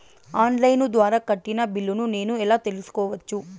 On line ద్వారా కట్టిన బిల్లును నేను ఎలా తెలుసుకోవచ్చు?